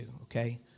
okay